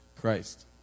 Christ